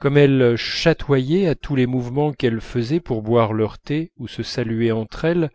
comme elles chatoyaient à tous les mouvements qu'elles faisaient pour boire leur thé ou se saluer entre elles